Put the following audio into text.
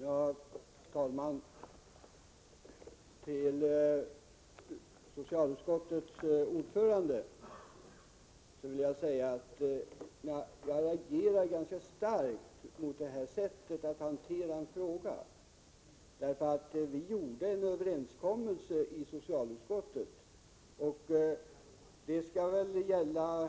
Herr talman! Till socialutskottets ordförande vill jag säga att jag reagerar ganska starkt mot detta sätt att hantera en fråga. Vi gjorde en överenskommelse i socialutskottet, och den skall väl gälla